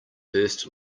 first